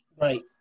Right